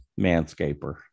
Manscaper